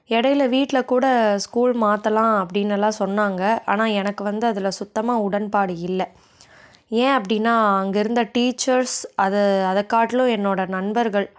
இடையில வீட்டிலக்கூட ஸ்கூல் மாற்றலாம் அப்படின்னு எல்லாம் சொன்னாங்க ஆனால் எனக்கு வந்து அதில் சுத்தமாக உடன்பாடு இல்லை ஏன் அப்படின்னா அங்கே இருந்த டீச்சர்ஸ் அது அதைக்காட்டிலும் என்னோடய நண்பர்கள்